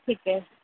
ठीक है